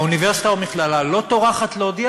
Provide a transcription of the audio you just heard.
האוניברסיטה או המכללה לא טורחת להודיע